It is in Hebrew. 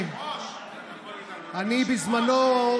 בזמנו,